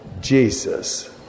Jesus